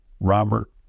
Robert